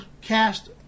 cast